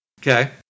Okay